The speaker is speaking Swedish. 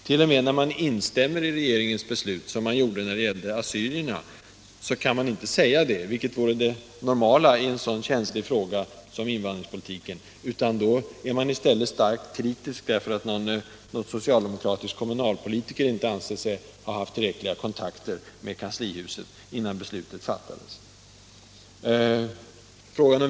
T. o. m. när socialdemokraterna instämmer i regeringens beslut, som de gjorde i fråga om assyrierna, kan de inte säga att de gör det, vilket vore det normala i en så känslig fråga, utan då är de i stället starkt kritiska, därför att någon socialdemokratisk kommunalpolitiker inte ansett sig ha haft tillräckliga kontakter med kanslihuset, innan beslutet fattades.